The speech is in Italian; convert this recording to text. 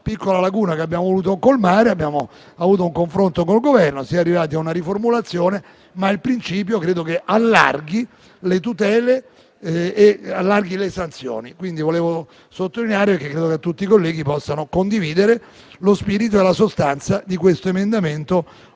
una piccola lacuna che abbiamo voluto colmare; dopo un confronto con il Governo si è arrivati a una riformulazione, ma il principio credo che allarghi le tutele e le sanzioni. Volevo sottolineare questo aspetto perché credo che tutti i colleghi possano condividere lo spirito e la sostanza dell'emendamento